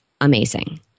amazing